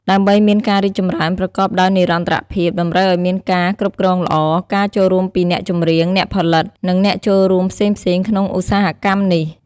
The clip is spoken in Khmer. ដើម្បីមានការរីកចម្រើនប្រកបដោយនិរន្តរភាព តម្រូវឲ្យមានការគ្រប់គ្រងល្អ ការចូលរួមពីអ្នកចម្រៀង អ្នកផលិត និងអ្នកចូលរួមផ្សេងៗក្នុងឧស្សាហកម្មនេះ។